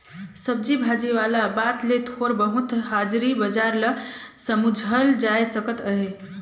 सब्जी भाजी वाला बात ले थोर बहुत हाजरी बजार ल समुझल जाए सकत अहे